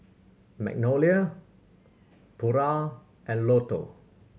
Magnolia Pura and Lotto